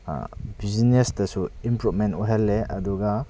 ꯕꯤꯖꯤꯅꯦꯁꯇꯁꯨ ꯏꯝꯄ꯭ꯔꯨꯚꯃꯦꯟꯠ ꯑꯣꯏꯍꯜꯂꯦ ꯑꯗꯨꯒ